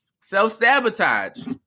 self-sabotage